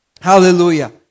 Hallelujah